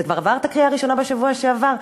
זה כבר עבר את הקריאה הראשונה בשבוע שעבר.